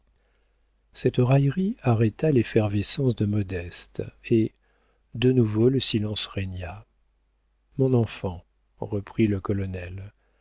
cette raillerie arrêta l'effervescence de modeste et de nouveau le silence régna mon enfant reprit le colonel